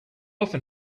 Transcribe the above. often